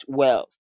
wealth